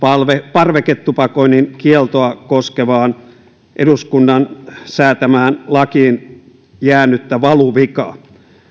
parveketupakoinnin kieltoa koskevaan eduskunnan säätämään lakiin jäänyttä valuvikaa